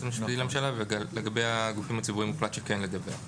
המשפטית לממשלה ולגבי הגופים הציבורים הוחלט שכן לדווח.